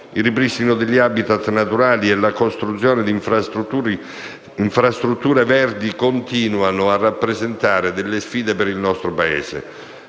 Il ripristino degli *habitat* naturali e la costruzione di infrastrutture verdi continuano a rappresentare delle sfide per il nostro Paese.